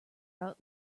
out